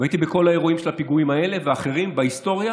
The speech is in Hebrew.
והייתי בכל האירועים של הפיגועים האלה ואחרים בהיסטוריה